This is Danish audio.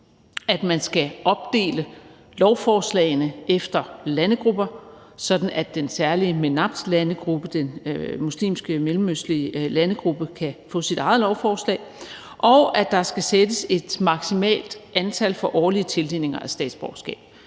at man skal opdele lovforslagene efter landegrupper, sådan at den særlige MENAPT-landegruppe – den muslimske, mellemøstlige landegruppe – kan få sit eget lovforslag, og at der skal sættes et maksimalt antal for årlige tildelinger af statsborgerskab.